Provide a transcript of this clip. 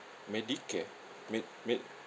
medicare med~ med~